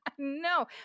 no